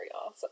awesome